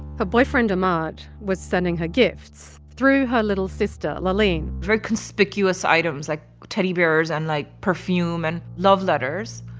her boyfriend ahmad was sending her gifts through her little sister, laaleen very conspicuous items, like teddy bears and, like, perfume and love letters,